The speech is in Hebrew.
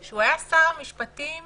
שהוא היה שר משפטים